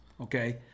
okay